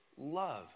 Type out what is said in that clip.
love